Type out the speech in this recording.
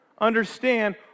understand